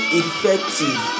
effective